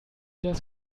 das